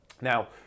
Now